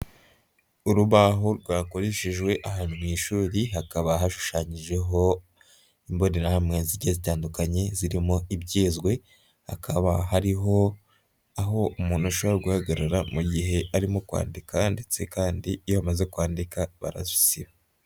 Urubaho rwakoreshejwe ahantu mu ishuri hakaba hashushanyijeho imbonerahamwe zigiye zitandukanye zirimo ibyizwe, hakaba hariho aho umuntu ashobora guhagarara mu gihe arimo kwandika ndetse kandi iyo yamaze kwandika barabisiba.